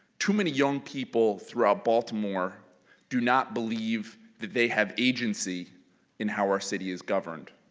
too many young people throughout baltimore do not believe that they have agency in how our city is governed.